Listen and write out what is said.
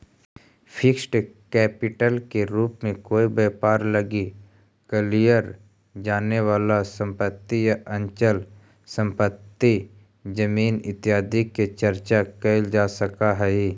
fixed capital के रूप में कोई व्यापार लगी कलियर जाने वाला संपत्ति या अचल संपत्ति जमीन इत्यादि के चर्चा कैल जा सकऽ हई